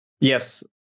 Yes